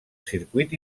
circuit